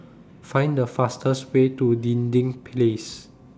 Find The fastest Way to Dinding Place